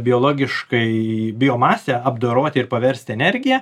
biologiškai biomasę apdoroti ir paversti energija